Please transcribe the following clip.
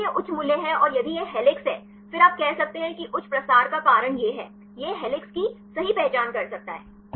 भले ही यह उच्च मूल्य है और यदि यह हेलिक्स है फिर आप कह सकते हैं कि उच्च प्रसार का कारण यह है यह हेलिक्स की सही पहचान कर सकता है